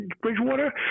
Bridgewater